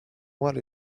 what